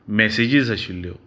messages आशिल्ल्यो